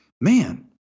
man